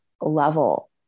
level